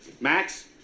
Max